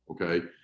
Okay